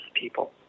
people